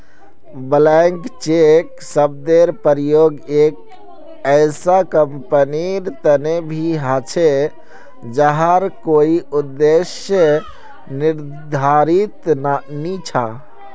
blank cheque शब्देर प्रयोग एक ऐसा कंपनीर तने भी ह छे जहार कोई उद्देश्य निर्धारित नी छ